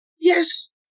Yes